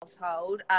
household